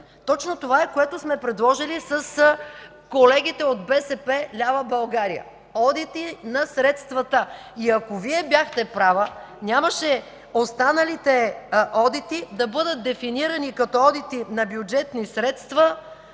Точно това е, което сме предложили с колегите от „БСП лява България” – одити на средствата. Ако Вие бяхте права, останалите одити нямаше да бъдат дефинирани като одити на бюджетни средства,